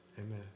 Amen